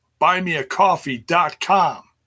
buymeacoffee.com